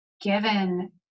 given